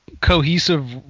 cohesive